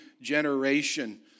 generation